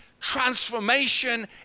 transformation